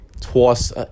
twice